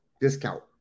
discount